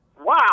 Wow